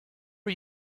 are